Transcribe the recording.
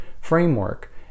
framework